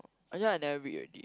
actually I never read already